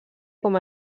com